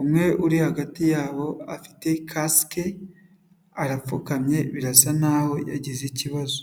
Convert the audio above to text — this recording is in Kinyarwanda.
umwe uri hagati yabo afite kasike arapfukamye birasa nkaho yagize ikibazo.